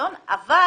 מהפיקדון אבל